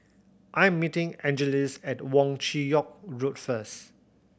I'm meeting Angeles at Wong Chin Yoke Road first